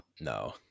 No